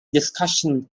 discussion